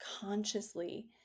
consciously